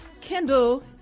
Kendall